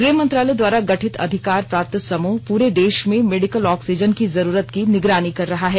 गृह मंत्रालय द्वारा गठित अधिकार प्राप्त समूह पूरे देश में मेडिकल ऑक्सीजन की जरूरत की निगरानी कर रहा है